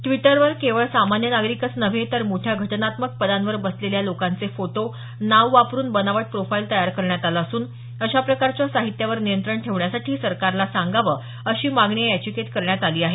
द्विटरवर केवळ सामान्य नागरिकच नव्हे तर मोठ्या घटनात्मक पदांवर बसलेल्या लोकांचे फोटो नाव वापरुन बनावट प्रोफाइल तयार करण्यात आलं असून अशा प्रकारच्या साहित्यावर नियंत्रण ठेवण्यासाठी सरकारला सांगावं अशी मागणी या याचिकेत करण्यात आली आहे